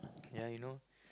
yeah you know